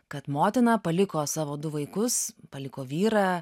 kad motina paliko savo du vaikus paliko vyrą